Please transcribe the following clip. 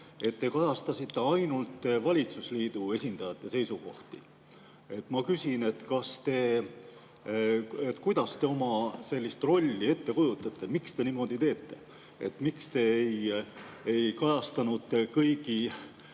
et te kajastasite ainult valitsusliidu esindajate seisukohti. Ma küsin, kuidas te oma rolli ette kujutate. Miks te niimoodi teete? Miks te ei kajastanud kogu